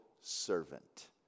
servant